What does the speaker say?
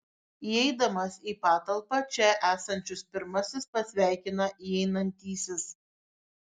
įeidamas į patalpą čia esančius pirmasis pasveikina įeinantysis